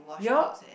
you all